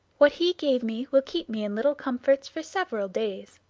what he gave me will keep me in little comforts for several days.